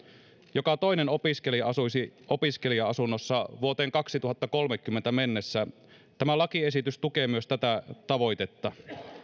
joka toinen opiskelija asuisi opiskelija asunnossa vuoteen kaksituhattakolmekymmentä mennessä tämä lakiesitys tukee myös tätä tavoitetta